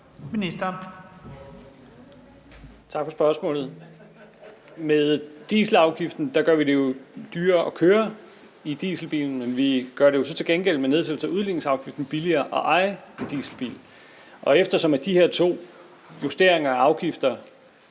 Stoklund): Tak for spørgsmålet. Med dieselafgiften gør vi det dyrere at køre i dieselbiler, men vi gør det jo så til gengæld med nedsættelse af udligningsafgiften billigere at eje en dieselbil. Eftersom de her to justeringer af afgifter